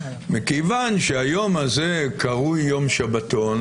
מכיוון שהיום הזה קרוי יום שבתון,